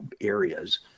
areas